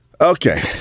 okay